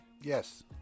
yes